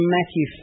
Matthew